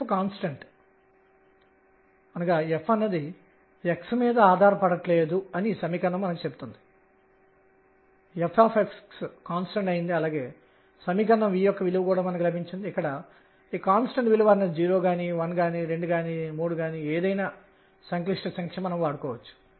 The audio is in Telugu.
దీని ద్వారా మనము n యొక్క మోడ్ను కూడా కనుగొన్నాము ఇది n కంటే తక్కువ లేదా సమానం ఇక్కడ n nn ఎందుకంటే z కాంపోనెంట్ అంశం మొత్తం యాంగులార్ మొమెంటం కోణీయ ద్రవ్యవేగం కంటే తక్కువగా లేదా సమానంగా ఉండాలి